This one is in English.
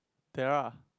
there are